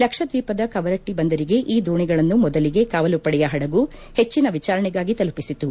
ಲಕ್ಷದ್ಲೀಪದ ಕವರಟ್ಟಿ ಬಂದರಿಗೆ ಈ ದೋಣಿಗಳನ್ನು ಮೊದಲಿಗೆ ಕಾವಲುಪಡೆಯ ಹಡಗು ಹೆಚ್ಚಿನ ವಿಚಾರಣೆಗಾಗಿ ತೆಲುಪಿಸಿತು